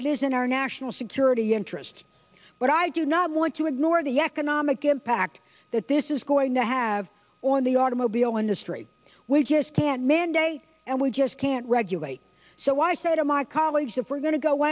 it is in our national security interest but i do not want to ignore the economic impact that this is going to have on the automobile industry we just can't mandate and we just can't regulate so i say to my colleagues if we're go